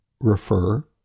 refer